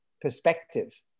perspective